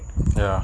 ya